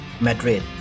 Madrid